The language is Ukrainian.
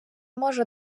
можу